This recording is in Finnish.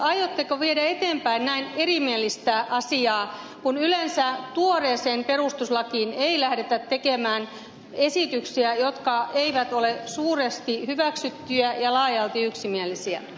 aiotteko viedä eteenpäin näin erimielistä asiaa kun yleensä tuoreeseen perustuslakiin ei lähdetä tekemään esityksiä jotka eivät ole suuresti hyväksyttyjä ja laajalti yksimielisiä